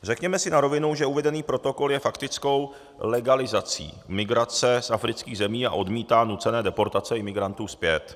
Řekněme si na rovinu, že uvedený protokol je faktickou legalizací migrace z afrických zemí a odmítá nucené deportace imigrantů zpět.